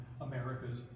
America's